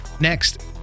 Next